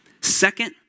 Second